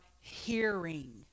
hearing